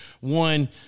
One